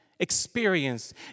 experience